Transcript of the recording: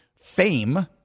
fame